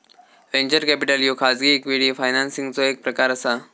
venture capital ह्यो खाजगी equity फायनान्सिंगचो एक प्रकार असा